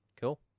Cool